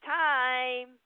time